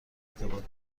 ارتباط